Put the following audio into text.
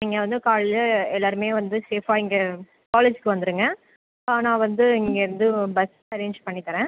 நீங்கள் வந்து காலையில் எல்லாேருமே வந்து சேஃபாக இங்கே காலேஜ்ஜூக்கு வந்துடுங்க நான் வந்து இங்கிருந்து பஸ் அரேஞ்ச் பண்ணி தரேன்